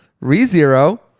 re-zero